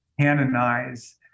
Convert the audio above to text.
canonize